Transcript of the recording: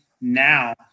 now